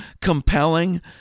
compelling